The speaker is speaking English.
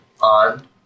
on